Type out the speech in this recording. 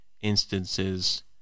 instances